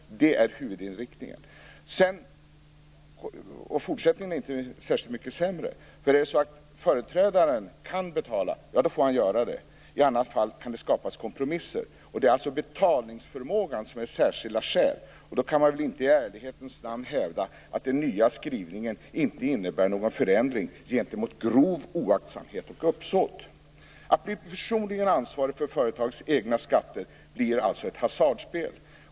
Det är huvudinvändningen. Fortsättningen är inte särskilt mycket sämre. Om företrädaren kan betala får han göra det, och i annat fall kan det skapas kompromisser. Det är alltså betalningsförmågan som är "särskilda skäl", och då kan man väl i ärlighetens namn inte hävda att den nya skrivningen inte innebär någon förändring gentemot grov oaktsamhet och uppsåt. Att bli personligen ansvarig för företags egna skatter blir alltså ett hasardspel.